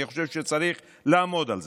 אני חושב שצריך לעמוד על זה.